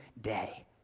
day